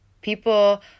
People